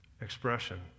Expression